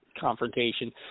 confrontation